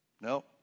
no